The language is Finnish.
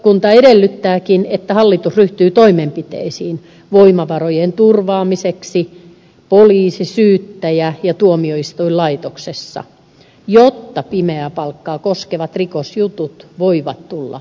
tarkastusvaliokunta edellyttääkin että hallitus ryhtyy toimenpiteisiin voimavarojen turvaamiseksi poliisi syyttäjä ja tuomioistuinlaitoksessa jotta pimeää palkkaa koskevat rikosjutut voivat tulla asianmukaisesti käsitellyiksi